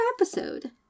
episode